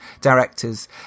directors